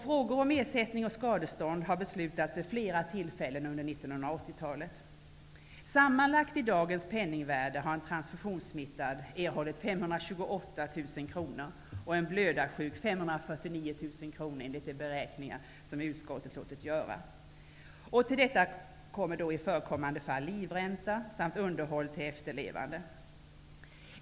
Frågor om ersättning och skadestånd har behandlats vid flera tillfällen under 1980-talet. Sammanlagt i dagens penningvärde har en transfusionssmittad erhållit 528 000 kr och en blödarsjuk 549 000 kr, enligt beräkningar som utskottet har låtit göra. Till detta kan i förekommande fall läggas livränta samt underhåll till efterlevande.